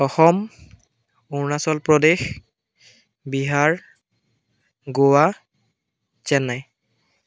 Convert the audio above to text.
Assam Arunachal Pradesh Bihar Goa Chennai